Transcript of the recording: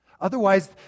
Otherwise